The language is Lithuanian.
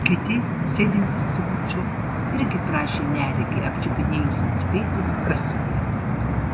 kiti sėdintys su kuču irgi prašė neregį apčiupinėjus atspėti kas jie